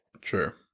Sure